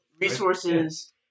resources